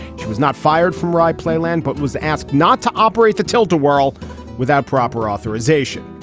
she was not fired from rye playland, but was asked not to operate the tilt-a-whirl without proper authorization.